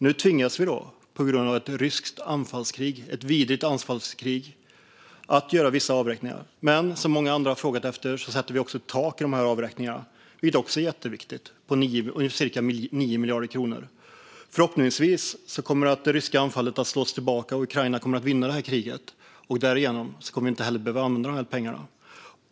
Nu tvingas vi på grund av ett vidrigt ryskt anfallskrig att göra vissa avräkningar. Men som många andra har frågat efter sätter vi ett tak för de här avräkningarna på cirka 9 miljarder kronor, vilket är jätteviktigt. Förhoppningsvis kommer det ryska anfallet att slås tillbaka och Ukraina vinna kriget. Därigenom kommer vi inte heller att behöva använda de här pengarna.